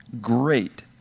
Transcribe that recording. great